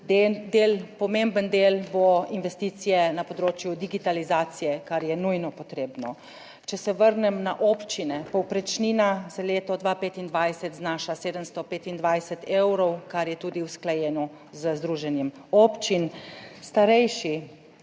pomemben del bo investicije na področju digitalizacije, kar je nujno potrebno. Če se vrnem na občine, povprečnina za leto 2025 znaša 725 evrov, kar je tudi usklajeno z Združenjem občin.